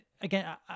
again